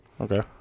Okay